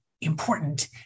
important